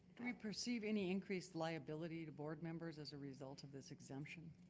do we perceive any increased liability to board members as a result of this exemption?